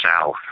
south